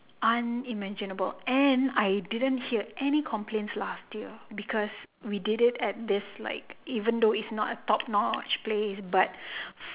unimaginable and I didn't hear any complaints last year because we did it at this like even though it is not a top notch place but